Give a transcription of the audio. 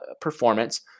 performance